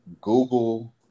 Google